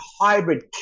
hybrid